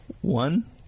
One